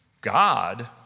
God